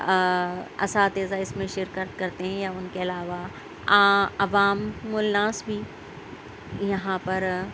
اساتذہ اِس میں شرکت کرتے ہیں یا اُن کے علاوہ آ عوامُ الناس بھی یہاں پر